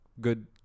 Good